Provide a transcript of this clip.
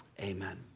amen